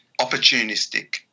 opportunistic